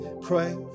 pray